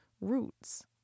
roots